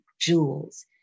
jewels